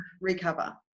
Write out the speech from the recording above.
recover